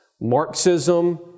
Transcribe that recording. Marxism